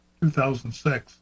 2006